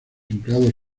empleados